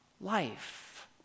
life